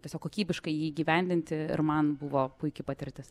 tiesiog kokybiškai jį įgyvendinti ir man buvo puiki patirtis